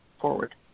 forward